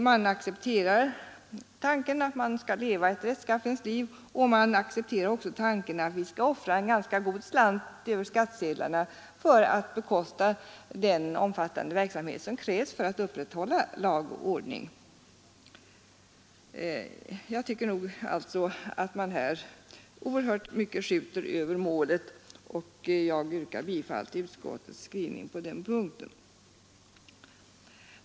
Man accepterar tanken på att man skall leva ett rättskaffens liv, och man accepterar också tanken på att vi skall offra en god slant över skattsedlarna för att bekosta den omfattande verksamhet som krävs för att upprätthålla lag och ordning. Jag tycker alltså att man här oerhört mycket skjuter över målet, och jag yrkar bifall till utskottets skrivning på denna punkt.